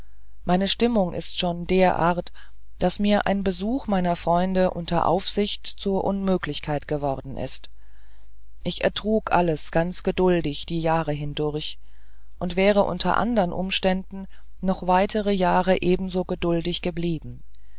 meine stimmung ist schon derart daß mir ein besuch meiner freunde unter aufsicht zur unmöglichkeit geworden ist ich ertrug alles ganz geduldig die jahre hindurch und wäre unter anderen umständen noch weitere jahre ebenso geduldig geblieben